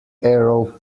arrow